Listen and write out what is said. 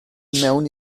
mewn